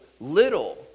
little